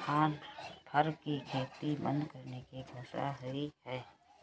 फर की खेती बंद करने की घोषणा हुई है